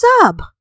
sub